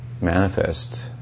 manifest